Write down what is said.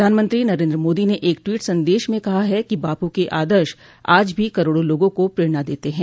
प्रधानमंत्री नरेन्द्र मोदी ने एक टवीट संदेश में कहा है कि बापू के आदर्श आज भी करोडों लोगों को प्रेरणा देते हैं